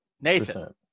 Nathan